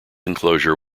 enclosure